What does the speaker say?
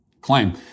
claim